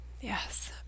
Yes